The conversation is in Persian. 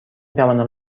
توانم